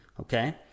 Okay